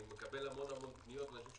אני מקבל המון פניות מאנשים,